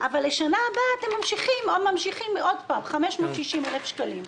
אבל לשנה הבאה אתם ממשיכים ומבקשים שוב 560,000 שקלים.